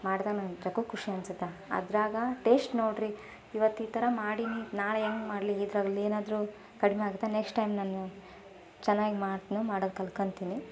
ಮಾಡ್ದಾಗ ನನಗೆ ನಿಜಕ್ಕೂ ಖುಷಿ ಅನ್ಸುತ್ತೆ ಅದರಾಗ ಟೇಶ್ಟ್ ನೋಡಿರಿ ಇವತ್ತು ಈ ಥರ ಮಾಡೀನಿ ನಾಳೆ ಹೆಂಗೆ ಮಾಡಲಿ ಇದ್ರಲ್ಲಿ ಏನಾದರೂ ಕಡಿಮೆ ಆಗುತ್ತೆ ನೆಕ್ಸ್ಟ್ ಟೈಮ್ ನಾನು ಚೆನ್ನಾಗಿ ಮಾಡೋದು ಕಲ್ತ್ಕೊಂತಿನಿ